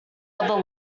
other